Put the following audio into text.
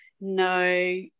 no